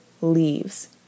leaves